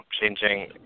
changing